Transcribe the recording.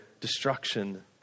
destruction